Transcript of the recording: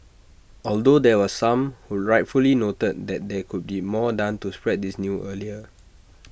although there were some who rightfully noted that there could be more done to spread this new earlier